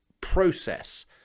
process